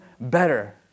better